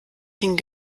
hingen